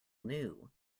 new